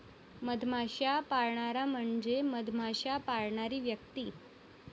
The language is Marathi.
मधमाश्या पाळणारा म्हणजे मधमाश्या पाळणारी व्यक्ती